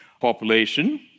population